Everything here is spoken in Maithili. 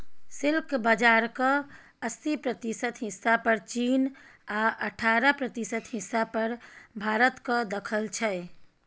सिल्क बजारक अस्सी प्रतिशत हिस्सा पर चीन आ अठारह प्रतिशत हिस्सा पर भारतक दखल छै